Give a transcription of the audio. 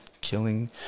killing